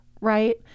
Right